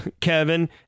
Kevin